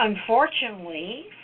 Unfortunately